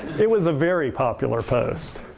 it was a very popular post.